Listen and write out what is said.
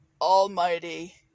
almighty